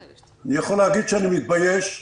אני רוצה את ראש עירית